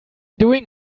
doing